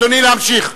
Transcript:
אדוני, להמשיך.